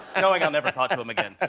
knowing i'll never talk to him again.